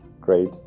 great